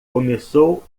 começou